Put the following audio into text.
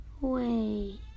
Wait